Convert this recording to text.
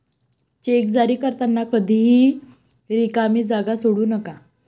check जारी करताना कधीही रिकामी जागा सोडू नका